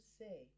say